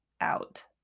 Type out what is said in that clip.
out